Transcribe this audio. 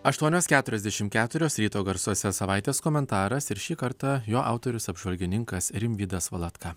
aštuonios keturiasdešim keturios ryto garsuose savaitės komentaras ir šį kartą jo autorius apžvalgininkas rimvydas valatka